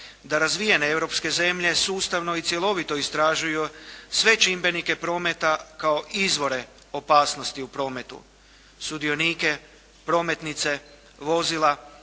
da razvijene europske zemlje sustavno i cjelovito istražuju sve čimbenike prometa kao izvore opasnosti u prometu. Sudionike, prometnice, vozila